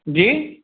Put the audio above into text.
जी